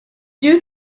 due